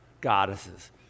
goddesses